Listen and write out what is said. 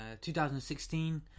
2016